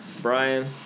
Brian